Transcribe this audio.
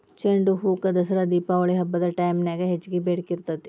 ಚಂಡುಹೂಕ ದಸರಾ ದೇಪಾವಳಿ ಹಬ್ಬದ ಟೈಮ್ನ್ಯಾಗ ಹೆಚ್ಚಗಿ ಬೇಡಿಕಿ ಇರ್ತೇತಿ